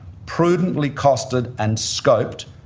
prudently costed and scoped,